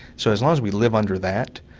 so as long as we live under that,